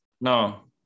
No